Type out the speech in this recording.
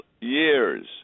years